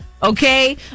Okay